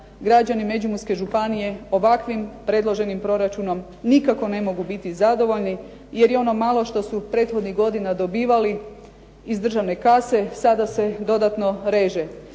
građani Međimurske županije ovakvim predloženim proračunom nikako ne mogu biti zadovoljni, jer i ono malo što su prethodnih godina dobivali iz državne kase, sada se dodatno reže.